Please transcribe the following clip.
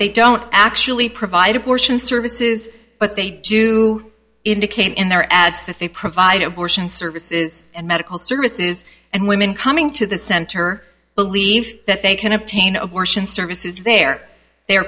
they don't actually provide abortion services but they do indicate in their ads that they provide abortion services and medical services and women coming to the center believe that they can obtain abortion services there they